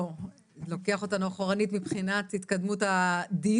לא, הוא לוקח אותנו אחורנית מבחינת התקדמות הדיון